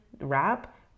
wrap